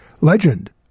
legend